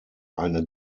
eine